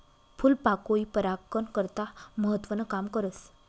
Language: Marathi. फूलपाकोई परागकन करता महत्वनं काम करस